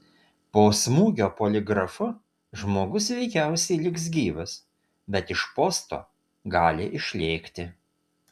po smūgio poligrafu žmogus veikiausiai liks gyvas bet iš posto gali išlėkti